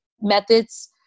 methods